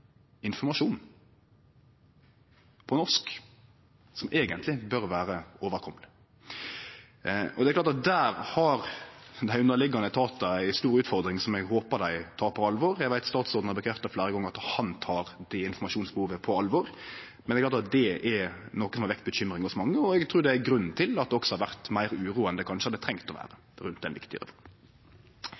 informasjon på norsk som eigentleg bør vere overkomeleg. Det er klart at der har dei underliggjande etatane ei stor utfordring, som eg håpar dei tek på alvor. Eg veit statsråden har bekrefta fleire gonger at han tek det informasjonsbehovet på alvor. Men det er noko som har vekt bekymring hos mange, og eg trur det er grunnen til at det også har vore meir uro enn det kanskje hadde trengt å vere rundt denne viktige